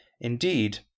Indeed